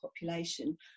population